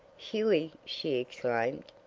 hughie! she exclaimed.